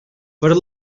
per